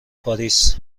پاریس